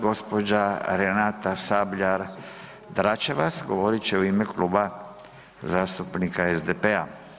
Gospođa Renata Sabljar DRačevac govorit će u ime Kluba zastupnika SDP-a.